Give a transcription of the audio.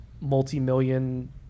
multi-million